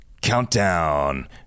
Countdown